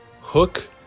Hook